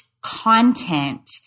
content